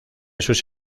sus